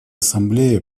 ассамблея